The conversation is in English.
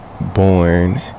born